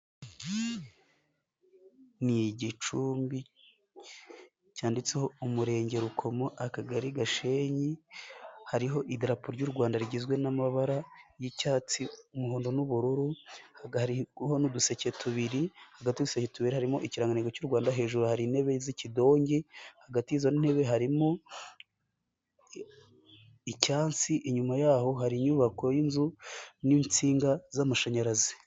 Ni igicumbi cyanditseho Umurenge Rukomo, Akagari Gashenyi. Hariho idarapo ry'u Rwanda rigizwe n'amabara y'icyatsi, umuhondo n'ubururu. Hariho n'uduseke tubiri, hagati ya seregituwere harimo ikirananiro cy'u Rwanda. Hejuru hari intebe z'ikidongi, hagati y'izo ntebe harimo icyansi. Inyuma yaho hari inyubako y'inzu n'insinga z'amashanyarazi.